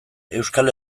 euskal